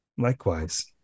Likewise